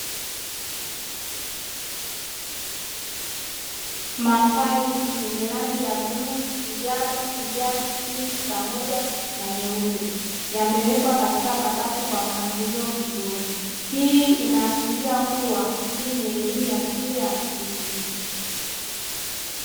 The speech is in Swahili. Mafaili yenye rangi ya: bluu, njano, kijani, pinki pamoja na nyeupe; yamewekwa katika kabati kwa mpangilio mzuri. Hii inaashiria kuwa hii ni elimu ya shule ya msingi.